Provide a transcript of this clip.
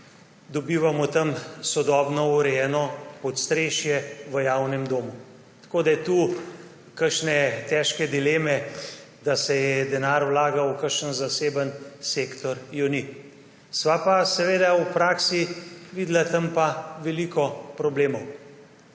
dobivamo tam sodobno urejeno podstrešje v javnem domu. Tako da tu kakšne težke dileme, da se je denar vlagal v kakšen zaseben sektor, ni. Sva pa seveda v praksi videla tam veliko problemov.